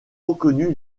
reconnu